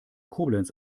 koblenz